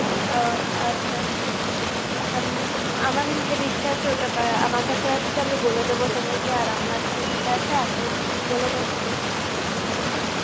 আচ্ছা আমি আমার যে লিস্টটা আছে ওটা আমার কাছে আছে আমি বলে দেব সবাইকে আর আপনার কাছে যেটা আছে আপনি বলে দেবেন